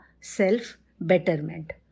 self-betterment